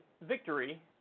victory